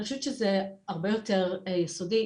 אני חושבת שזה הרבה יותר יסודי.